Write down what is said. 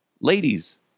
ladies